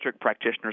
practitioners